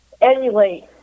emulate